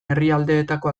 herrialdeetako